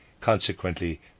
consequently